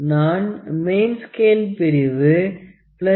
நான் main scale பிரிவு 0